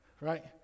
Right